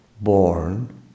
born